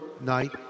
night